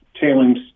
tailings